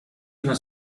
una